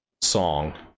song